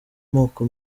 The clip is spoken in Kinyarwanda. moko